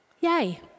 Yay